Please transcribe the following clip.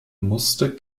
musste